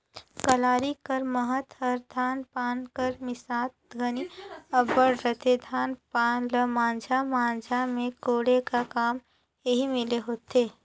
कलारी कर महत हर धान पान कर मिसात घनी अब्बड़ रहथे, धान पान ल माझा माझा मे कोड़े का काम एही मे ले होथे